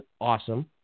awesome